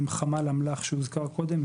עם חמ"ל אמל"ח שהוזכר קודם לכן,